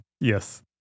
Yes